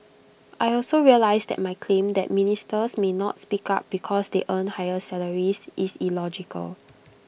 I also realise that my claim that ministers may not speak up because they earn high salaries is illogical